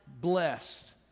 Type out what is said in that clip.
blessed